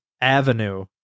Avenue